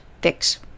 fix